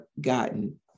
gotten